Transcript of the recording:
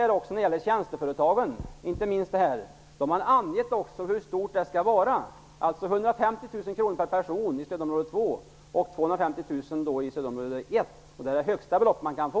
När det gäller tjänsteföretagen har det också angetts hur stort beloppet skall vara. Det är 150 000 kr per person i stödområde 2 och 250 000 kr i stödområde 1. Det är det högsta belopp som man kan få.